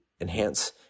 enhance